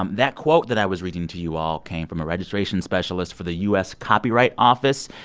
um that quote that i was reading to you all came from a registration specialist for the u s. copyright office.